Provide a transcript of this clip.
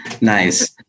nice